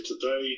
today